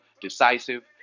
decisive